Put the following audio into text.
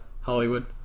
Hollywood